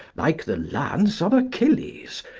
like the lance of achilles,